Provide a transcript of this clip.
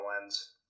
lens